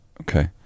Okay